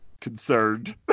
concerned